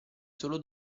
solo